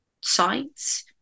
sites